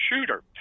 shooter